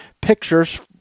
pictures